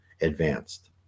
advanced